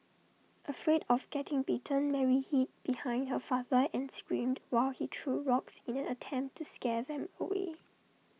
afraid of getting bitten Mary hid behind her father and screamed while he threw rocks in an attempt to scare them away